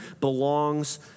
belongs